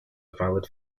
valid